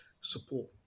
support